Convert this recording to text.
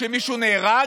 כשמישהו נהרג,